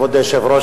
כבוד היושב-ראש,